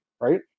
Right